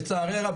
לצערי הרב,